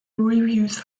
reviews